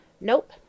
Nope